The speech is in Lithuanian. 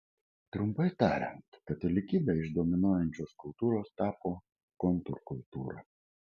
trumpai tariant katalikybė iš dominuojančios kultūros tapo kontrkultūra